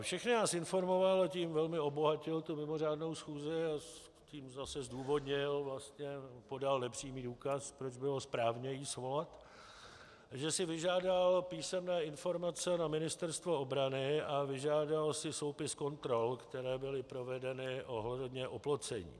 Všechny nás informoval, a tím velmi obohatil mimořádnou schůzi a zdůvodnil, podal nepřímý důkaz, proč bylo správné ji svolat, že si vyžádal písemné informace na Ministerstvu obrany a vyžádal si soupis kontrol, které byly provedeny ohledně oplocení.